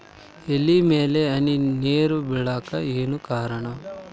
ಎಲೆ ಮ್ಯಾಲ್ ಹನಿ ನೇರ್ ಬಿಳಾಕ್ ಏನು ಕಾರಣ?